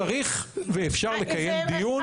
צריך ואפשר לקיים דיון.